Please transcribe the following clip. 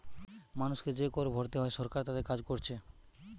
মানুষকে যে কর ভোরতে হয় সরকার তাতে কাজ কোরছে